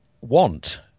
want